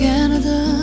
Canada